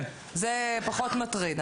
זה פחות מטריד.